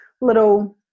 little